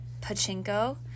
pachinko